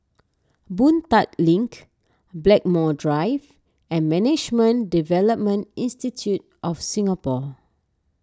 Boon Tat Link Blackmore Drive and Management Development Institute of Singapore